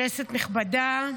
כנסת נכבדה,